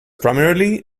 primarily